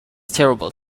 terrible